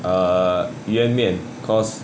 err 鱼圆面 cause